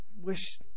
wish